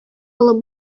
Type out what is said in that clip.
алып